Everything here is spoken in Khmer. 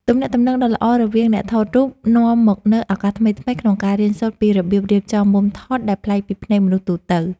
ទំនាក់ទំនងដ៏ល្អរវាងអ្នកថតរូបនាំមកនូវឱកាសថ្មីៗក្នុងការរៀនសូត្រពីរបៀបរៀបចំមុំថតដែលប្លែកពីភ្នែកមនុស្សទូទៅ។